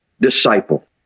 disciple